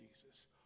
Jesus